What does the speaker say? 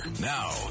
Now